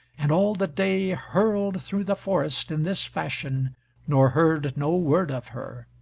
and all the day hurled through the forest in this fashion nor heard no word of her.